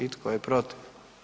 I tko je protiv?